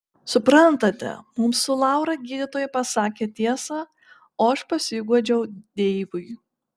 suprantate mums su laura gydytojai pasakė tiesą o aš pasiguodžiau deivui